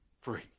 free